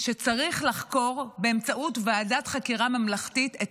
שצריך לחקור באמצעות ועדת חקירה ממלכתית את